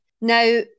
Now